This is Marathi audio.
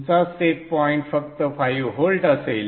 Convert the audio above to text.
तुमचा सेट पॉइंट फक्त 5 व्होल्ट असेल